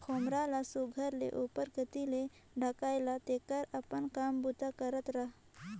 खोम्हरा ल सुग्घर ले उपर कती ले ढाएक ला तेकर अपन काम बूता करत रहा